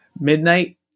Midnight